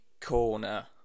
corner